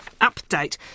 update